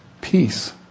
peace